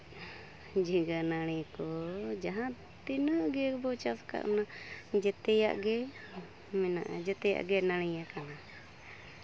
ᱡᱷᱤᱸᱜᱟᱹ ᱱᱟᱹᱲᱤ ᱠᱚ ᱡᱟᱦᱟᱸ ᱛᱤᱱᱟᱹᱜ ᱜᱮ ᱵᱚ ᱪᱟᱥ ᱠᱟᱜ ᱩᱱᱟᱹᱜ ᱡᱮᱛᱮᱭᱟᱜ ᱜᱮ ᱢᱮᱱᱟᱜᱼᱟ ᱡᱮᱛᱮᱭᱟᱜ ᱜᱮ ᱱᱟᱹᱲᱤᱭᱟᱠᱟᱱᱟ